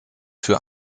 für